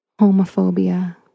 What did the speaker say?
homophobia